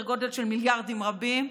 סדר גודל של מיליארדים רבים.